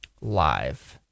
live